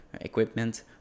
Equipment